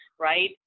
right